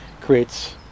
creates